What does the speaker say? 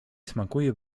smakuje